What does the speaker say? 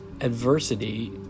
adversity